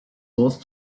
both